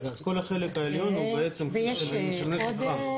ויש עוד?